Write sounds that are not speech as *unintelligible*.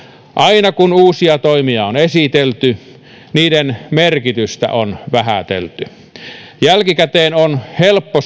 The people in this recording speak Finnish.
aina kun uusia toimia on esitelty niiden merkitystä on vähätelty jälkikäteen on helppo *unintelligible*